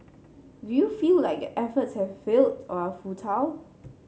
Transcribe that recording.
do you feel like efforts have failed or are futile